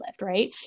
right